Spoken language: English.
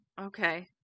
Okay